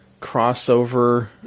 crossover